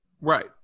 Right